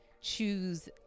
choose